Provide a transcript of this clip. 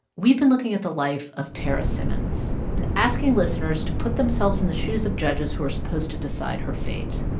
we've been looking at the life of tarra simmons and asking listeners to put themselves in the shoes of judges who are supposed to decide her fate.